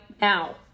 now